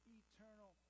eternal